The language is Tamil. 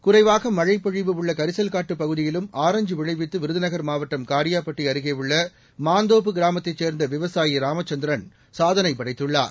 குறைவாக மழைப் பொழிவு உள்ள கரிசல்காட்டுப் பகுதியிலும் ஆரஞ்சு விளைவித்து விருதுநகர் மாவட்டம் காரியாபட்டி அருகேயுள்ள மாந்தோப்பு கிராமத்தைச் சேர்ந்த விவசாயி ராமச்சந்திரன் சாதனை படைத்துள்ளார்